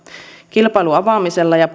kilpailun avaamisella ja